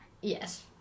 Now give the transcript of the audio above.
Yes